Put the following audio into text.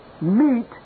meet